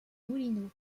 moulineaux